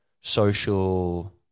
social